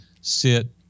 sit